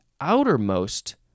outermost